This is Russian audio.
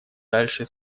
дальше